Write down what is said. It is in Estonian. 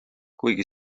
kuigi